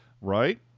Right